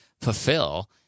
fulfill